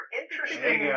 interesting